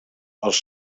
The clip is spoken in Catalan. els